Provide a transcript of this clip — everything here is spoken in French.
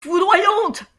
foudroyante